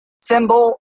symbol